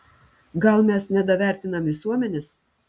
gal mes nedavertinam visuomenės